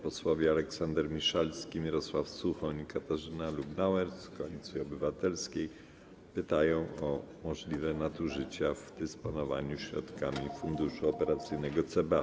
Posłowie Aleksander Miszalski, Mirosław Suchoń i Katarzyna Lubnauer z Koalicji Obywatelskiej pytają o możliwe nadużycia w dysponowaniu środkami pochodzącymi z funduszu operacyjnego CBA.